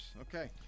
Okay